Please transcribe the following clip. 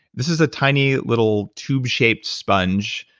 this is a tiny little tube-shaped sponge,